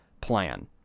plan